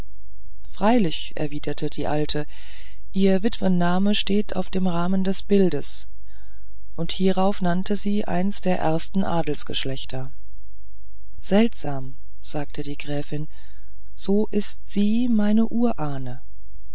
freilich erwiderte die alte ihr witwenname steht auf dem rahmen des bildes und hierauf nannte sie eines der ersten adelsgeschlechter seltsam sagte die gräfin so ist sie meine urahne